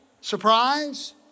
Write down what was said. Surprise